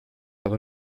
aber